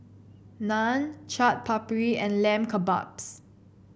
Naan Chaat Papri and Lamb Kebabs